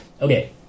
okay